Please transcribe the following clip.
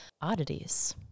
oddities